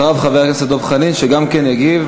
אחריו, חבר הכנסת דב חנין, שגם כן יגיב.